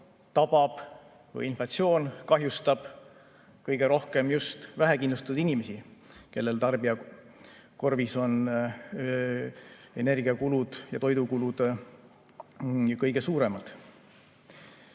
toetada. Inflatsioon tabab, kahjustab kõige rohkem just vähekindlustatud inimesi, kelle tarbijakorvis on energiakulud ja toidukulud kõige suuremad.